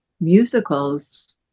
musicals